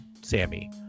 Sammy